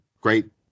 great